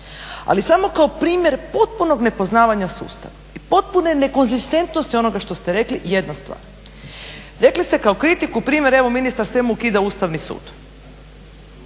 ali samo kao primjer potpunog nepoznavanja sustava i potpune nekonzistentnosti onoga što ste rekli jedna stvar. Rekli ste kao kritiku primjer evo ministar svemu ukida Ustavni sud.